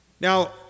Now